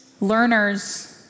learners